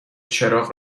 چراغ